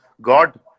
God